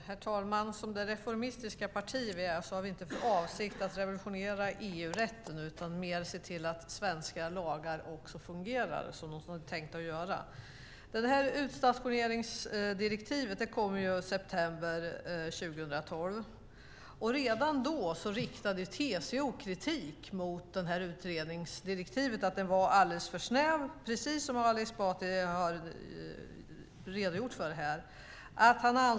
Herr talman! Som det reformistiska parti vi är har vi inte för avsikt att revolutionera EU-rätten utan mer se till att svenska lagar fungerar som de är tänkta att göra. Det här utstationeringsdirektivet kom i september 2012. Redan då riktade TCO kritik mot att utredningsdirektivet var alldeles för snävt, precis som Ali Esbati har redogjort för här.